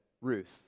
Ruth